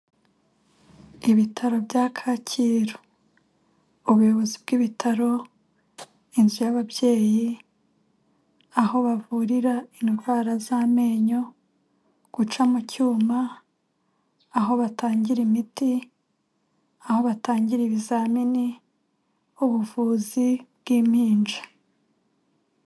Ibitaro bya Kacyiru, ubuyobozi bw'ibitaro, inzu y'ababyeyi, aho bavurira indwara z'amenyo, guca mu cyuma, aho batangira imiti, aho batangira ibizamini, ubuvuzi bw'impinja.